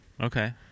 Okay